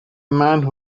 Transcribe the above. man